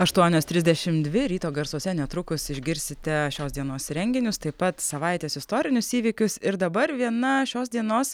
aštuonios trisdešimt dvi ryto garsuose netrukus išgirsite šios dienos renginius taip pat savaitės istorinius įvykius ir dabar viena šios dienos